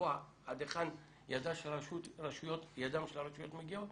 לקבוע עד היכן ידן של הרשויות מגיעות,